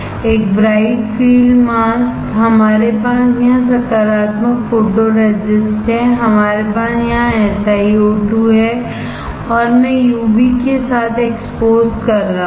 एक bright field mask हमारे पास यहां सकारात्मक फोटोरेसिस्ट है हमारे पास यहां SiO2 है और मैं यूवी के साथ एक्सपोज़ कर रहा हूं